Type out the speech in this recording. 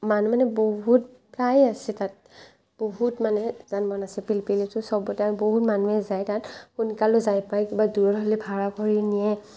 মানে বহুত প্ৰায় আছে তাত বহুত মানে এগালমান আছে পিলপিলিটো সবতে আৰু বহুত মানুহে যায় তাত সোনকালে যাই পায় বা দূৰ হ'লে ভাৰা কৰি নিয়ে